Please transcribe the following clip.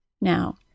Now